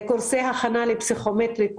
קורסי הכנה לפסיכומטרי.